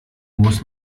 muss